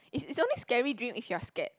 it's it's only scary dream if you are scared